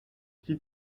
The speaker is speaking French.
qui